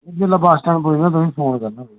मै जेल्लै bus stand पुज्जगा तुसेंगी फोन करगा